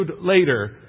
later